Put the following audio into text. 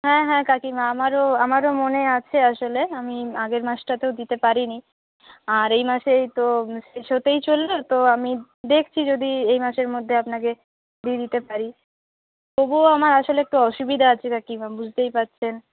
হ্যাঁ হ্যাঁ কাকিমা আমারও আমারও মনে আছে আসলে আমি আগের মাসটাতেও দিতে পারিনি আর এই মাস এই তো শেষ হতেই চলল তো আমি দেখছি যদি এই মাসের মধ্যে আপনাকে দিয়ে দিতে পারি তবুও আমার আসলে একটু অসুবিধা আছে কাকিমা বুঝতেই পারছেন